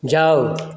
जाउ